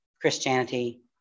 Christianity